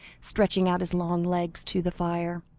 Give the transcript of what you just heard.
stretching out his long legs to the fire.